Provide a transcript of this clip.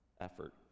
effort